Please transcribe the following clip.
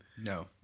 No